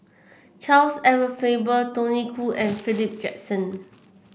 Charles Edward Faber Tony Khoo and Philip Jackson